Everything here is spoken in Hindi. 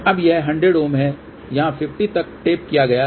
अब यह 100 Ω है यहां 50 तक टैप किया गया है